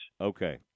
Okay